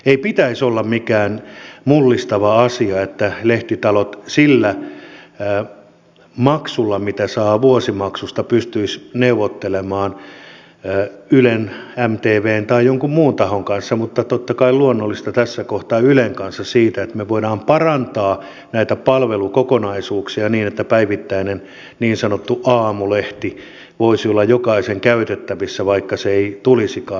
ei pitäisi olla mikään mullistava asia että lehtitalot sillä maksulla minkä ne saavat vuosimaksusta pystyisivät neuvottelemaan ylen mtvn tai jonkun muun tahon kanssa mutta totta kai luonnollisesti tässä kohtaa ylen kanssa siitä että me voimme parantaa näitä palvelukokonaisuuksia niin että päivittäinen niin sanottu aamulehti voisi olla jokaisen käytettävissä vaikka se ei tulisikaan